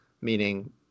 meaning